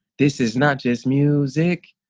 this is not just music.